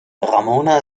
ramona